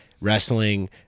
wrestling